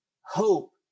Hope